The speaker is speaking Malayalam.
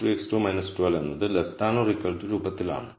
3x1 2x2 12 എന്നത് രൂപത്തിലാണ്